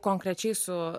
konkrečiai su